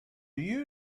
you